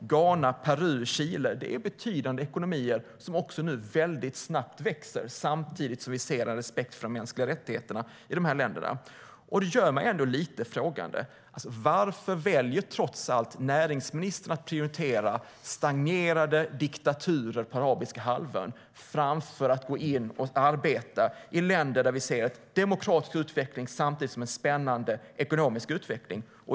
Ghana, Peru och Chile är betydande ekonomier som växer snabbt, och här ser vi också en respekt för de mänskliga rättigheterna. Varför väljer näringsministern att prioritera stagnerade diktaturer på Arabiska halvön framför att gå in och arbeta i länder där vi ser en demokratisk utveckling och en spännande ekonomisk utveckling?